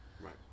Right